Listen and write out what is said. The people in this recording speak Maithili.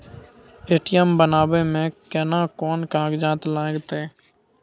ए.टी.एम बनाबै मे केना कोन कागजात लागतै?